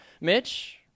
Mitch